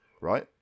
Right